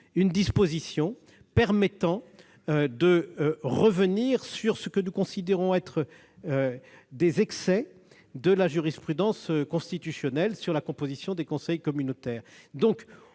une disposition permettant de revenir sur ce que nous considérons comme des excès de la jurisprudence constitutionnelle, quant à la composition des conseils communautaires.